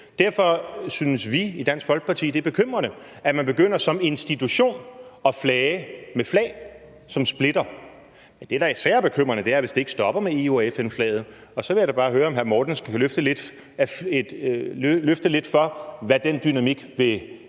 Derfor synes vi i Dansk Folkeparti, det er bekymrende, at man begynder som institution at flage med flag, som splitter. Det, der især er bekymrende, er, hvis det ikke stopper med EU- og FN-flaget. Og så vil jeg da bare høre, om hr. Mortensen kan løfte sløret lidt for, hvad den dynamik vil føre